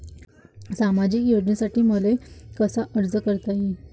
सामाजिक योजनेसाठी मले कसा अर्ज करता येईन?